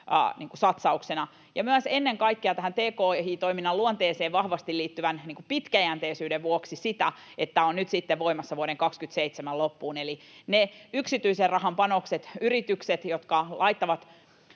satsauksena ja myös ennen kaikkea tähän tki-toiminnan luonteeseen vahvasti liittyvän pitkäjänteisyyden vuoksi sitä, että se on voimassa vuoden 27 loppuun. Eli ne yksityisen rahan panokset, yritykset, jotka laittavat